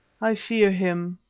i fear him.